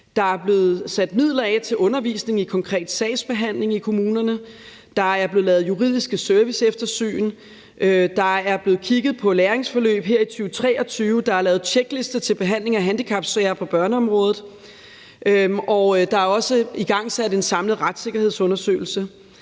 Der er blevet sat midler af til undervisning i konkret sagsbehandling i kommunerne, der er blevet lavet juridiske serviceeftersyn, der er blevet kigget på læringsforløb her i 2023, der er lavet tjeklister til behandling af handicapsager på børneområdet, og der er også igangsat en samlet retssikkerhedsundersøgelse.